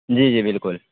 جی جی بالکل